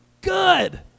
Good